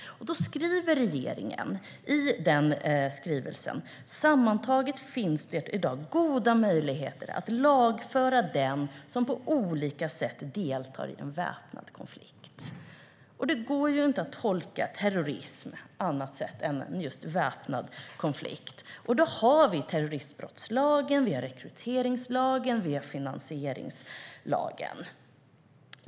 Regeringen skriver i skrivelsen att det i dag sammantaget "finns goda möjligheter att lagföra den som på olika sätt deltar i en väpnad konflikt". Och det går inte att tolka terrorism på annat sätt än som just väpnad konflikt. Vi har terroristbrottslagen, rekryteringslagen och finansieringslagen.